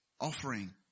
offering